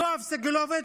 יואב סגלוביץ'